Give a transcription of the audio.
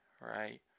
right